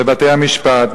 בבתי-המשפט,